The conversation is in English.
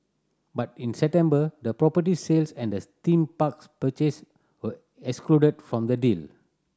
but in the property sales and the theme parks purchase were excluded from the deal